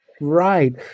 Right